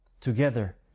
together